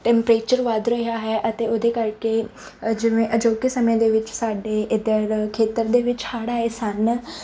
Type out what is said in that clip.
temperature ਵੱਧ ਰਿਹਾ ਹੈ ਅਤੇ ਉਹਦੇ ਕਰਕੇ ਜਿਵੇਂ ਅਜੋਕੇ ਸਮੇਂ ਦੇ ਵਿੱਚ ਸਾਡੇ ਇੱਧਰ ਖੇਤਰ ਦੇ ਵਿੱਚ ਹੜ੍ਹ ਆਏ ਸਨ